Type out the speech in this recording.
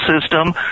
system